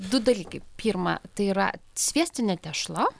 du dalykai pirma tai yra sviestinė tešla